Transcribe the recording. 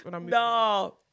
No